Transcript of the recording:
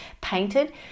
painted